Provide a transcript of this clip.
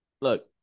look